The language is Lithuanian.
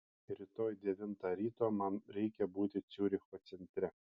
rytoj devintą ryto man reikia būti ciuricho centre